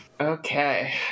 Okay